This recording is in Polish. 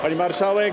Pani Marszałek!